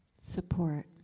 Support